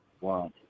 Wow